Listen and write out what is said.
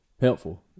helpful